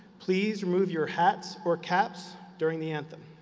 please remove your hats or caps during the anthem.